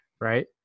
right